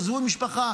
הם עזבו משפחה,